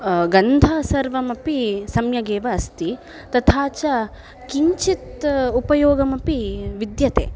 गन्ध सर्वमपि सम्यगेव अस्ति तथा च किञ्चित् उपयोगमपि विद्यते